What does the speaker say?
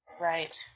Right